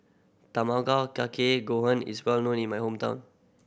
Tamago Kake Gohan is well known in my hometown